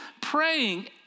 praying